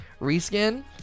reskin